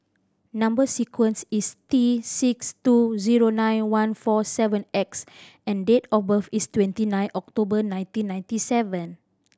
number sequence is T six two zero nine one four seven X and date of birth is twenty nine October nineteen ninety seven